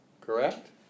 Correct